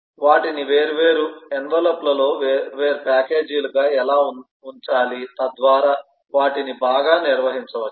వాటిని వేర్వేరు ఎన్విలాప్లలో వేర్వేరు ప్యాకేజీలుగా ఎలా ఉంచాలి తద్వారా వాటిని బాగా నిర్వహించవచ్చు